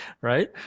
Right